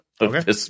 Okay